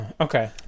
okay